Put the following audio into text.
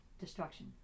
destruction